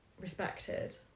respected